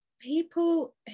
people